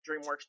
DreamWorks